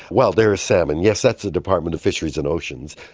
well, there's salmon, yes, that's the department of fisheries and oceans.